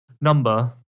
number